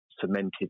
cemented